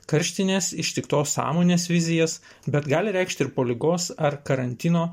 karštinės ištiktos sąmonės vizijas bet gali reikšti ir po ligos ar karantino